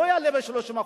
לא יעלה ב-30%,